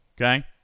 Okay